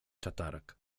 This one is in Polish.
tatarak